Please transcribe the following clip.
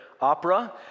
opera